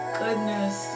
goodness